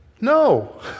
No